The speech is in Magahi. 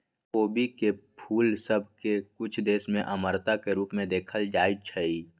खोबी के फूल सभ के कुछ देश में अमरता के रूप में देखल जाइ छइ